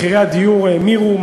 מחירי הדיור האמירו,